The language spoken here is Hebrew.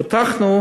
באוכלוסייה.